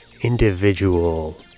individual